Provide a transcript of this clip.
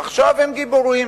עכשיו הם גיבורים,